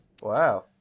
Wow